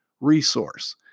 resource